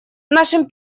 нашим